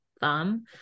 thumb